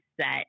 set